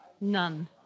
None